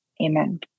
Amen